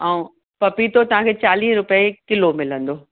ऐं पपीतो तव्हांखे चालीह रूपए किलो मिलंदो